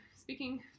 speaking